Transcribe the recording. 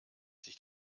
sich